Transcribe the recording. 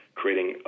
creating